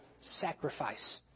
Sacrifice